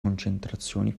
concentrazioni